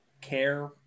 care